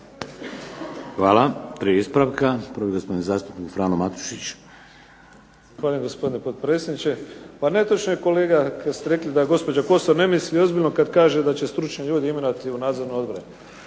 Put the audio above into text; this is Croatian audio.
Hvala. Tri ispravka. Prvo gospodin zastupnik Frano Matušić. **Matušić, Frano (HDZ)** Zahvaljujem gospodine potpredsjedniče. Pa netočno je kolega kad ste rekli da gospođa Kosor ne misli ozbiljno kad kaže da će stručne ljude imenovati u nadzorne odbore.